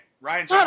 Ryan